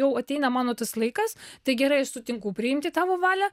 jau ateina mano tas laikas tai gerai sutinku priimti tavo valią